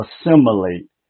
assimilate